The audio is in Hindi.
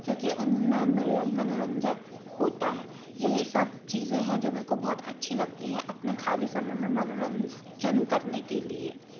क्योंकि उनमें मेरे मनोरंजक होता है यही सब चीज़ें हैं जो मेको बहुत अच्छी लगती हैं अपने खाली समय में मनोरंजन करने के लिए